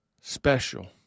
Special